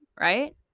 right